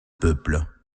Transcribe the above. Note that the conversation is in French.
peuple